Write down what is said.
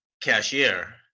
cashier